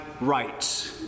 rights